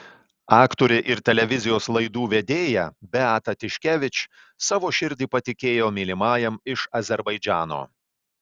aktorė ir televizijos laidų vedėja beata tiškevič savo širdį patikėjo mylimajam iš azerbaidžano